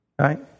Right